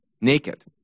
naked